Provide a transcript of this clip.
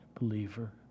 believer